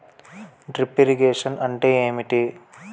Drip irrigation అంటే ఏమిటి?